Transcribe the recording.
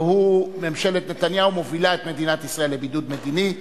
והוא: ממשלת נתניהו מובילה את מדינת ישראל לבידוד מדיני.